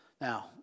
Now